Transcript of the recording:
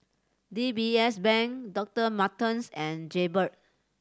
D B S Bank Doctor Martens and Jaybird